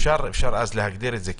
אפשר אז להגדיר את זה,